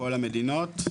מכל המדינות.